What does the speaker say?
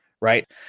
right